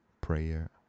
prayer